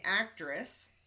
Actress